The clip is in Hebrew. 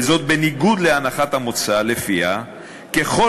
וזאת בניגוד להנחת המוצא שלפיה ככל